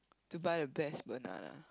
to buy the best banana